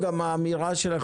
גם האמירה שלך,